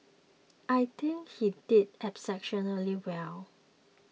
I think he did exceptionally well